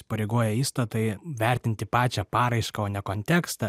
įpareigoja įstatai vertinti pačią paraišką o ne kontekstą